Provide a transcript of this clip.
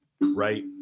right